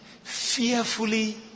fearfully